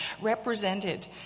represented